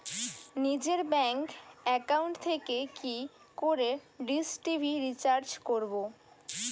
নিজের bank account থেকে কি করে ডিশ টি.ভি রিচার্জ করবো?